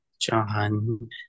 John